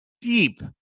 deep